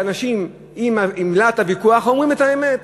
כשאנשים בלהט הוויכוח אומרים את האמת,